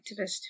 activist